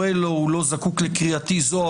הוא לא זקוק לקריאתי זו,